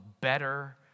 better